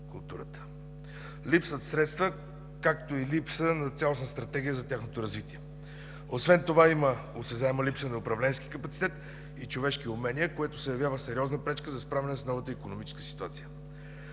липсват средства, както и липса на цялостна стратегия за тяхното развитие. Освен това има осезаема липса на управленски капацитет и човешки умения, което се явява сериозна пречка за справяне с новата икономическа ситуация.